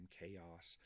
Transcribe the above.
chaos